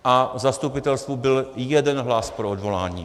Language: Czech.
A v zastupitelstvu byl jeden hlas pro odvolání.